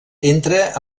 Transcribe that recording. entra